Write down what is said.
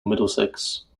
middlesex